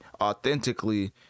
authentically